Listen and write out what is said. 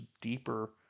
deeper